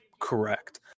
correct